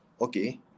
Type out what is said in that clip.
okay